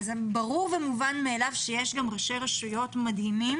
ברור ומובן מאליו שיש גם ראשי רשויות מדהימים